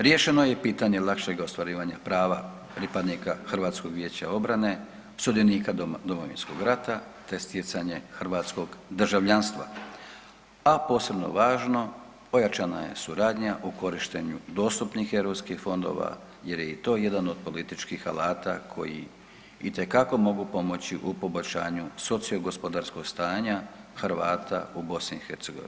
Riješeno je i pitanje lakšeg ostvarivanja prava pripadnika HVO-a, sudionika Domovinskog rata, te stjecanje hrvatskog državljanstva, a posebno važno pojačana je suradnja o korištenju dostupnih europskih fondova jer je i to jedan od političkih alata koji itekako mogu pomoći u poboljšanju socio-gospodarskog stanja Hrvata u BiH.